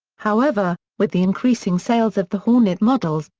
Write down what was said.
however, with the increasing sales of the hornet models,